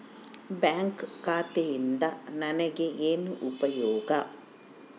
Bank ಖಾತೆಯಿಂದ ನನಗೆ ಏನು ಉಪಯೋಗ?